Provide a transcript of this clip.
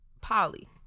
Polly